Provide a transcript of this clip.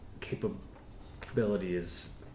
capabilities